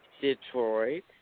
Detroit